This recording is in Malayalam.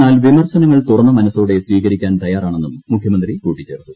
എന്നാൽ വിമർശനങ്ങൾ തുറന്ന മനസോടെ സ്വീകരിക്കാൻ തയ്യാറാണെന്നും മുഖ്യമന്ത്രി കൂട്ടിച്ചേർത്തു